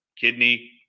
kidney